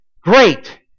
great